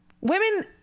Women